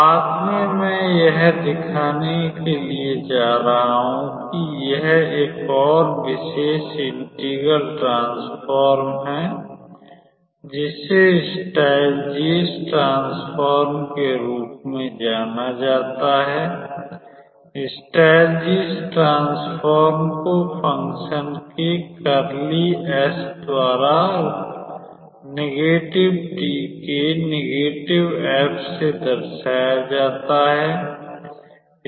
बाद में मैं यह दिखाने के लिए जा रहा हूं कि यह एक और विशेष इंटेगरल ट्रांसफॉर्म है जिसे स्टाइलजीस ट्रांसफॉर्म के रूप में जाना जाता है स्टाइलजीस ट्रांसफॉर्म को फ़ंक्शन के कर्ली S द्वारा ऋणात्मक t के ऋणात्मक f से दर्शाया जाता है